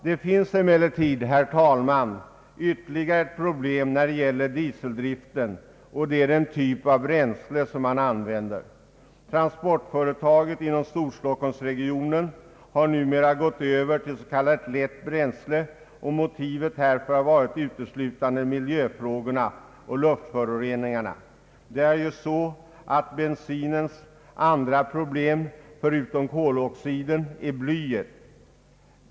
Det finns emellertid, herr talman, ytterligare ett problem när det gäller dieseldriften, och det är den typ av bränsle man använder. Transportföretaget inom Storstockholmsregionen har numera gått över till s.k. lätt bränsle, och motivet härför har varit uteslutande miljöfrågorna och luftföroreningarna. Det är ju så, att bensinens andra problem, förutom koloxiden, är blyet.